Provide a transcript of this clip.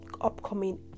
upcoming